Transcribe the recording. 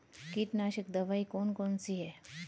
कीटनाशक दवाई कौन कौन सी हैं?